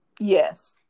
Yes